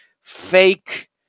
fake